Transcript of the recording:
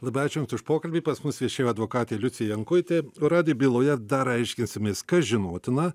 labai ačiū jums už pokalbį pas mus viešėjo advokatė liucija jankutė radijo byloje dar aiškinsimės kas žinotina